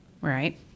Right